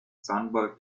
sunburn